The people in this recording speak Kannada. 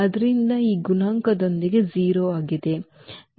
ಆದ್ದರಿಂದ ಈ ಗುಣಾಂಕದೊಂದಿಗೆ 0 ಆಗಿದೆ